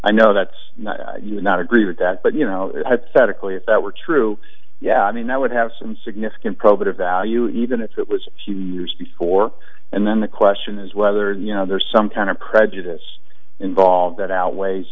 i know that's not you would not agree with that but you know that a cli if that were true yeah i mean that would have some significant probative value even if it was used before and then the question is whether you know there's some kind of prejudice involved that outweighs